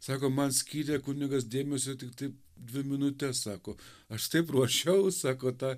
sako man skyrė kunigas dėmesio tiktai dvi minutes sako aš taip ruošiau sako tą